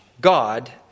God